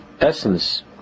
essence